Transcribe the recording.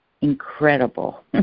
incredible